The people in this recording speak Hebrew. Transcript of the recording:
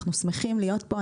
אנחנו שמחים להיות פה.